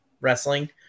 wrestling